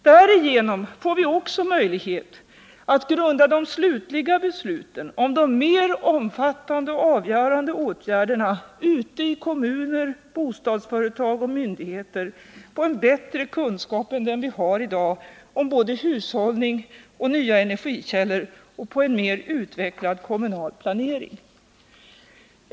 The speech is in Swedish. Därigenom får vi också möjlighet att grunda de slutliga besluten om de mer omfattande och avgörande åtgärderna ute i kommuner, bostadsföretag och myndigheter på en bättre kunskap än den vi har i dag om både hushållning och nya energikällor och på en mer utvecklad kommunal planering.